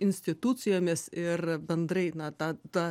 institucijomis ir bendrai na ta ta